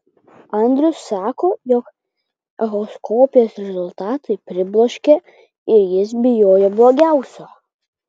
andrius sako jog echoskopijos rezultatai pribloškė ir jis bijojo blogiausio